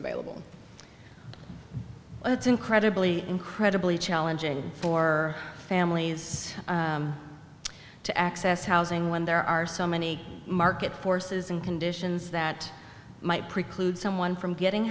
available it's incredibly incredibly challenging for families to access housing when there are so many market forces and conditions that might preclude someone from getting